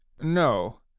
No